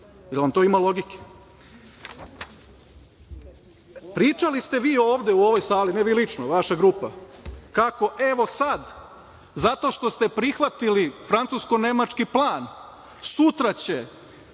li vam to ima logike? Pričali ste vi ovde u ovoj sali, ne vi lično, vaša grupa, kako evo sada, zato što ste prihvatili francusko-nemački plan, sutra će